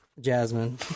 jasmine